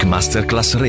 Masterclass